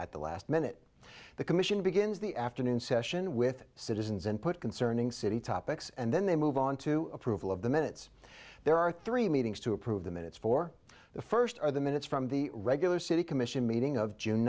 at the last minute the commission begins the afternoon session with citizens and put concerning city topics and then they move on to approval of the minutes there are three meetings to approve the minutes for the first or the minutes from the regular city commission meeting of june